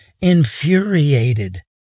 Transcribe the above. infuriated